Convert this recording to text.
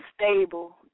stable